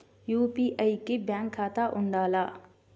UPI కి bank ఖాతా ఉండాల?